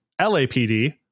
LAPD